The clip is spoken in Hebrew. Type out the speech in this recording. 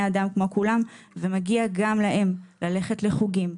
אדם כמו כולם ומגיע גם להם ללכת לחוגים,